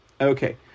Okay